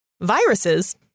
Viruses